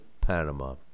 Panama